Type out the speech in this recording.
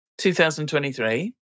2023